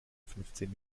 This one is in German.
fünfzehn